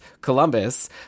Columbus